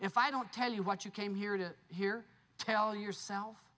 if i don't tell you what you came here to hear tell yourself